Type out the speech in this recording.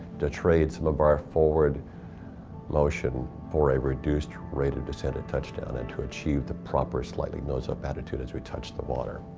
to trade some of our forward motion for a reduced rate of descent and touch down and to achieve the proper slightly nose-up attitude as we touched the water.